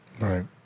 Right